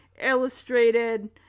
illustrated